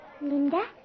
Linda